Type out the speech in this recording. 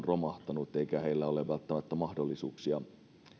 romahtaneet eikä heillä ole välttämättä mahdollisuuksia